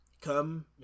come